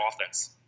offense